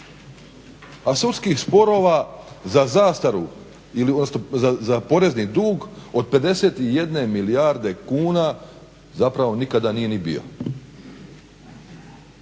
A sudskih sporova za zastaru ili za porezni dug od 51 milijarde kuna zapravo nije nikada ni bio.